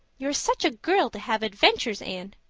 you're such a girl to have adventures, anne.